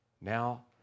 Now